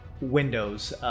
windows